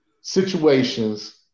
situations